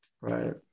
Right